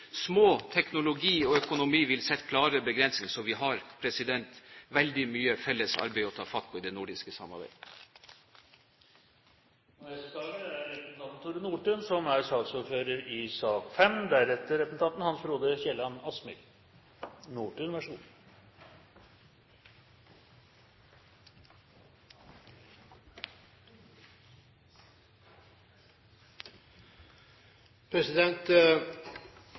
små. Teknologi og økonomi vil sette klare begrensninger, så vi har veldig mye felles arbeid å ta fatt på i det nordiske samarbeidet. Det er gledelig å se at innstillingene fra utenriks- og forsvarskomiteen på de fleste punkter er enstemmige, og tilrådingene til Stortinget er også enstemmige i dag. Så